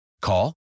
Call